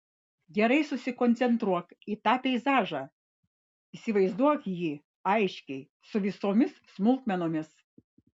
gerai susikoncentruok į tą peizažą įsivaizduok jį aiškiai su visomis smulkmenomis